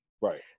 Right